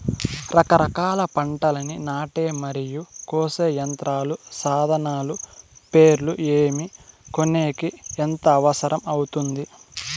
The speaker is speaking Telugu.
రకరకాల పంటలని నాటే మరియు కోసే యంత్రాలు, సాధనాలు పేర్లు ఏమి, కొనేకి ఎంత అవసరం అవుతుంది?